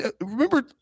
remember